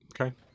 Okay